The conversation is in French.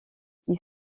qui